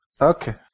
Okay